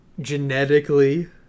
genetically